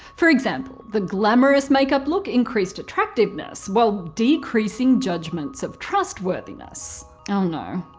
for example, the glamourous makeup look increased attractiveness, while decreasing judgements of trustworthiness.